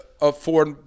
afford